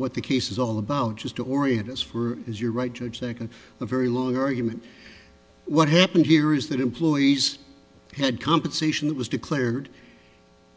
what the case is all about just to orient us for is your right judge second a very long argument what happened here is that employees had compensation that was declared